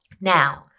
Now